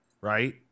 right